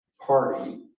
party